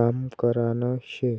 काम करान शे